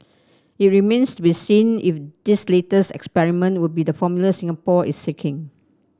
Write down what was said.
it remains to be seen if this latest experiment will be the formula Singapore is seeking